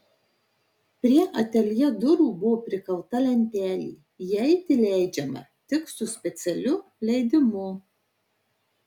prie ateljė durų buvo prikalta lentelė įeiti leidžiama tik su specialiu leidimu